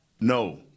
No